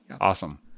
Awesome